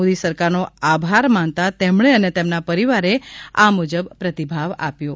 મોદી સરકાર નો આભાર માનતા તેમણે અને તેમના પરિવારો આ મુજબ પ્રતિભાવ આપ્યો હતો